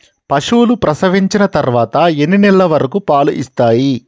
పశువులు ప్రసవించిన తర్వాత ఎన్ని నెలల వరకు పాలు ఇస్తాయి?